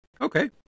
Okay